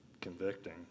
convicting